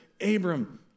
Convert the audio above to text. Abram